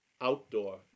outdoor